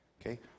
Okay